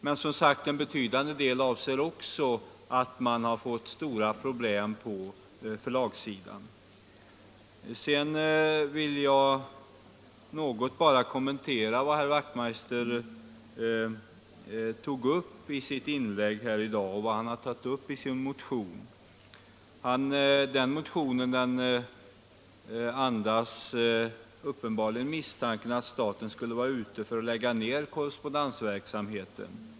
Men en betydande del av svårigheterna ligger också, som sagt, på förlagssidan. Sedan vill jag något kommentera vad herr Wachtmeister tog upp i sitt inlägg här i dag och vad han tagit upp i sin motion. Den motionen andas uppenbarligen misstanken att staten skulle vara ute för att lägga ner korrespondensverksamheten.